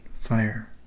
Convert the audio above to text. fire